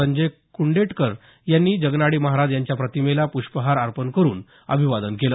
संजय कुंडेटकर यांनी जगनाडे महाराज यांच्या प्रतिमेला प्रष्पहार अर्पण करून अभिवादन केलं